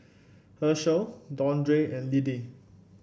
Hershell Dondre and Liddie